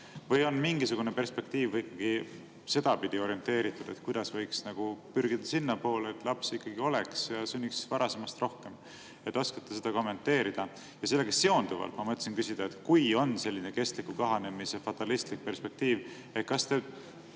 Või on mingisugune perspektiiv ikkagi sedapidi orienteeritud, kuidas võiks pürgida sinnapoole, et lapsi ikkagi oleks ja sünniks varasemast rohkem? Kas te oskate seda kommenteerida? Sellega seonduvalt ma mõtlesin küsida, et kui on selline kestliku kahanemise fatalistlik perspektiiv, siis kas te